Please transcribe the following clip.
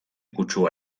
kutsua